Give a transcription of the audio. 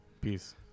Peace